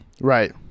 Right